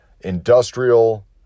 industrial